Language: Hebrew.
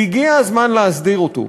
והגיע הזמן להסדיר אותו.